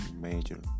major